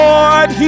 Lord